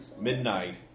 Midnight